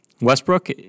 Westbrook